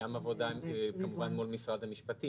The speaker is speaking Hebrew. אתם קובעים חוק.